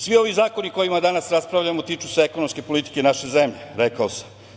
Svi ovi zakoni o kojima danas raspravljamo tiču se ekonomske politike naše zemlje, rekao sam.